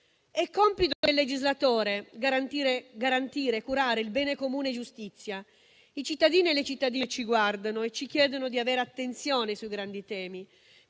È compito del legislatore garantire e curare il bene comune giustizia. I cittadini e le cittadine ci guardano e ci chiedono di avere attenzione sui grandi temi: